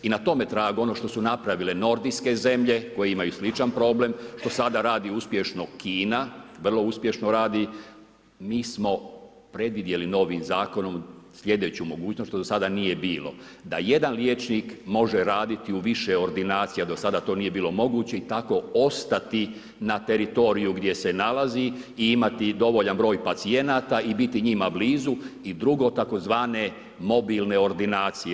I na tome tragu ono što su napravile nordijske zemlje, koje imaju sličan problem, što sada radi uspješno Kina, vrlo uspješno radi, njih smo predvidjeli novim zakonom slijedeću mogućnost što do sada nije bilo, da jedan liječnik može raditi u više ordinacija, do sada to nije bilo moguće i tako ostati na teritoriju gdje se nalazi i imati dovoljan broj pacijenata i biti njima blizu, i drugo, tzv. mobilne ordinacije.